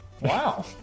Wow